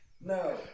No